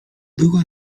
była